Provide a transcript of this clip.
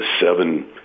seven